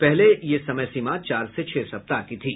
पहले ये समय सीमा चार से छह सप्ताह की थी